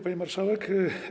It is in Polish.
Pani Marszałek!